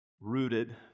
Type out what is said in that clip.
rooted